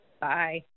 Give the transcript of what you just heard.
Bye